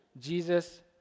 Jesus